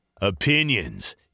Opinions